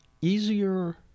easier